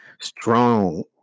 strong